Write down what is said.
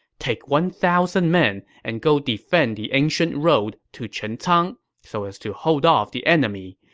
take one thousand men and go defend the ancient road to chencang so as to hold off the enemy.